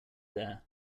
there